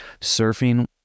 surfing